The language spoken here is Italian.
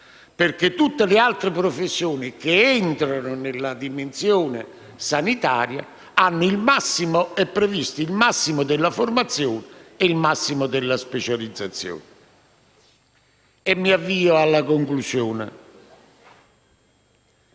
per tutte le altre professioni che entrano nella dimensione sanitaria è previsto il massimo della formazione e della specializzazione. Mi avvio dunque alla conclusione: